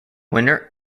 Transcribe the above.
winter